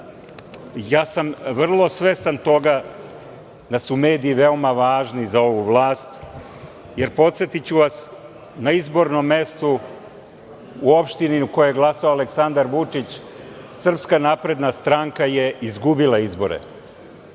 sam vrlo svestan toga da su mediji veoma važni za ovu vlast jer, podsetiću vas, na izbornom mestu u opštini u kojoj je glasao Aleksandar Vučić SNS je izgubila izbore.